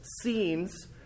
scenes